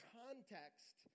context